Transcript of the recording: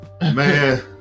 man